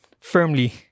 firmly